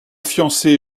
fiancé